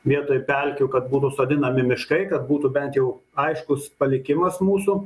vietoj pelkių kad būtų sodinami miškai kad būtų bent jau aiškus palikimas mūsų